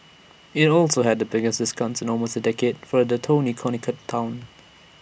IT also had the biggest discounts in almost A decade for the Tony Connecticut Town